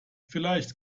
vielleicht